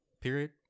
period